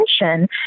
attention